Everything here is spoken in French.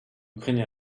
craignez